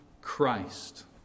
Christ